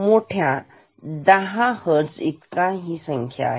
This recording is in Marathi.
मोठ्या 10 हर्ट्स इतका आहे